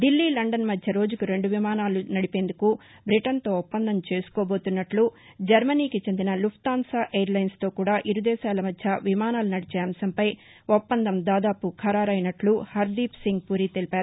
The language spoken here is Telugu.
దిల్లీ లండన్ మధ్య రోజుకు రెండు చొప్పున విమానాలు నడిపేందుకు బ్రిటన్తో ఒప్పందం చేసుకోబోతుస్నట్లు జర్మనీకి చెందిన లుప్తాన్సా ఎయిర్లైన్స్తో కూడా ఇరు దేశాల మధ్య విమానాలు నదిచే అంశంపై ఒప్పందం దాదాపు ఖరారైనట్లు హర్దీప్సింగ్ పురి తెలిపారు